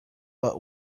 but